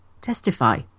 testify